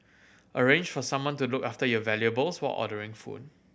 arrange for someone to look after your valuables while ordering food